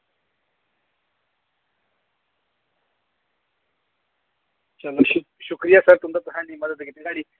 चलो शु शुक्रिया सर तुंदा तुसैं इन्नी मदद कीत्ति साढ़ी